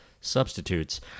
substitutes